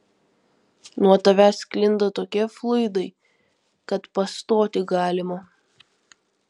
nuo tavęs sklinda tokie fluidai kad pastoti galima